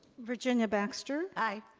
virginia baxter. aye.